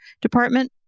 department